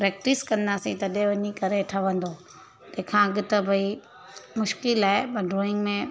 practice कंदासीं भई तॾहिं वञी करे ठहंदो तंहिंखा अॻु त भई मुश्किलु आहे पर ड्रॉइंग में